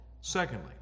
Secondly